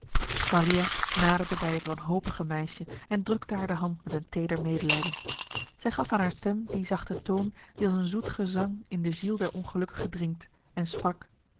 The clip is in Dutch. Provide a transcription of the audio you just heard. maria naderde bij het wanhopige meisje en drukte haar de hand met een teder medelijden zij gaf aan haar stem die zachte toon die als een zoet gezang in de ziel der ongelukkige dringt en sprak